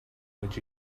would